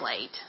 late